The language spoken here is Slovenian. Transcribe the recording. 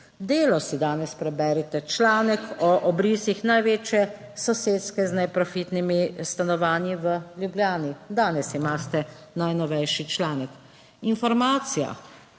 Delo, si danes preberite članek o obrisih največje soseske z neprofitnimi stanovanji v Ljubljani. Danes imate najnovejši članek. Informacija